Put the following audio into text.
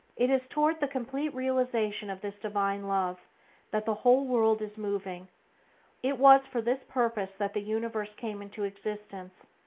it is toward the complete realization of this divine love that the whole world is moving it was for this purpose that the universe came into existence,